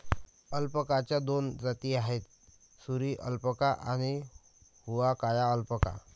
अल्पाकाच्या दोन जाती आहेत, सुरी अल्पाका आणि हुआकाया अल्पाका